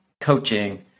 coaching